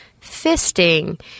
fisting